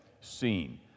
seen